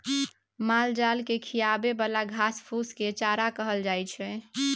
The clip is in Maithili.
मालजाल केँ खिआबे बला घास फुस केँ चारा कहल जाइ छै